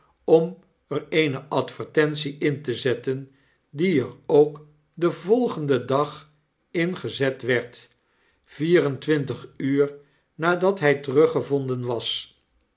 om er eene advertentie in te zetten die er ook den volgenden dag in gezet werd vier en twintig uur nadat hfl teruggevonden was